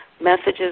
messages